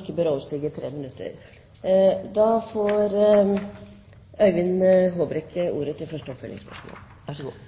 ikke bør overstige 3 minutter. Til tross for at det var en begrensning i statsrådens taletid på hele 3 minutter,